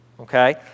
Okay